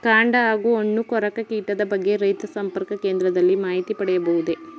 ಕಾಂಡ ಹಾಗೂ ಹಣ್ಣು ಕೊರಕ ಕೀಟದ ಬಗ್ಗೆ ರೈತ ಸಂಪರ್ಕ ಕೇಂದ್ರದಲ್ಲಿ ಮಾಹಿತಿ ಪಡೆಯಬಹುದೇ?